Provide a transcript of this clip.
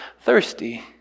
thirsty